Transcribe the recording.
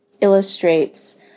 illustrates